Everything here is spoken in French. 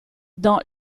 dans